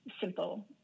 simple